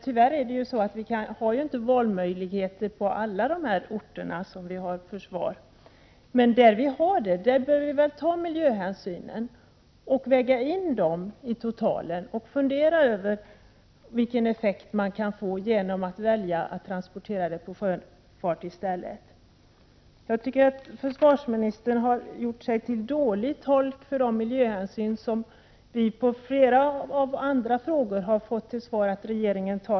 Tyvärr har vi inte valmöjligheter på alla de orter där det finns en försvarsanläggning. Men där vi har valmöjligheter bör vi ta miljöhänsyn och väga in dem i totalen, och vi bör fundera över vilken effekt man kan få genom att välja att transportera med hjälp av sjöfart i stället. Jag tycker att försvarsministern har gjort sig dåligt till tolk för de miljöhänsyn som regeringen i svar på flera andra frågor som vi ställt sagt sig ta.